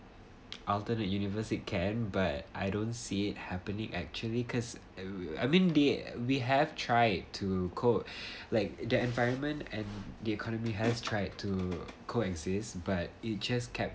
alternate universe it can but I don't see it happening actually cause I mean the we have tried to cope like the environment and the economy has tried to coexist but it just kept